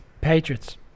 Patriots